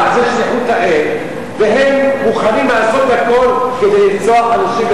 שמבחינתם זה שליחות האל והם מוכנים לעשות הכול כדי לרצוח אנשים,